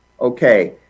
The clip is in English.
okay